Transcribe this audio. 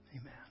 Amen